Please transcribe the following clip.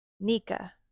Nika